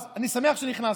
אני שמח שנכנסת.